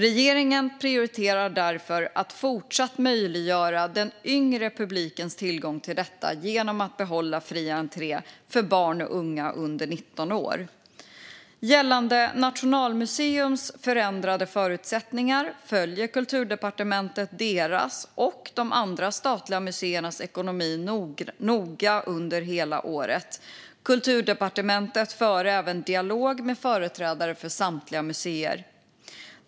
Regeringen prioriterar därför att fortsatt möjliggöra den yngre publikens tillgång till detta genom att behålla fri entré för barn och unga under 19 år. Gällande Nationalmuseums förändrade förutsättningar följer Kulturdepartementet deras och de andra statliga museernas ekonomi noga under hela året. Kulturdepartementet för även dialog med företrädare för samtliga museer.